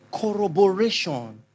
corroboration